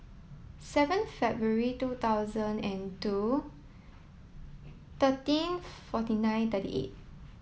seven February two thousand and two thirteen forty nine thirty eight